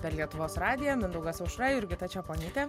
per lietuvos radiją mindaugas aušra jurgita čeponytė